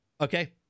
Okay